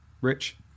Rich